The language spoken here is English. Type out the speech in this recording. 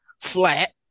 flat